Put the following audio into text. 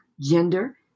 Gender